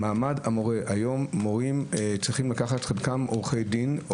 היום חלק מן המורים צריכים לקחת עורכי דין,